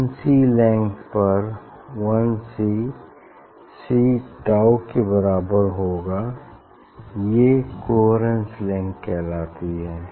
one c length पर one c c tau के बारबर होगा ये कोहेरेन्स लेंग्थ कहलाती है